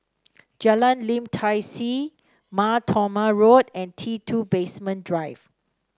Jalan Lim Tai See Mar Thoma Road and T two Basement Drive